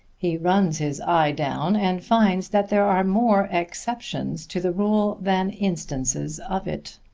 he runs his eye down and finds that there are more exceptions to the rule than instances of it.